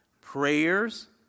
prayers